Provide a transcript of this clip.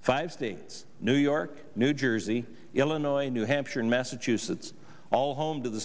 five states new york new jersey illinois new hampshire and massachusetts all home to the